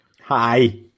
Hi